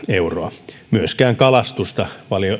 euroa myöskään kalastusta